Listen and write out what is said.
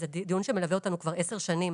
זה דיון שמלווה אותנו כבר 10 שנים.